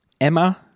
Emma –